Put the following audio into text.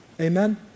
Amen